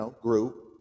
grew